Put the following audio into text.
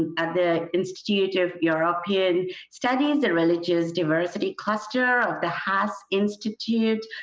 and the institute of european studies the religious diversity cluster of the haas institute